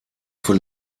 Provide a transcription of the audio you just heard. für